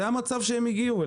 זה המצב אליו הם הגיעו,